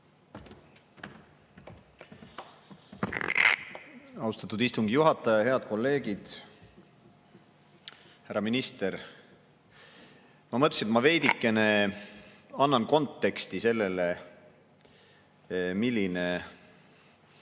Austatud istungi juhataja! Head kolleegid! Härra minister! Ma mõtlesin, et ma veidikene annan konteksti sellele, milline